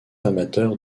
amateur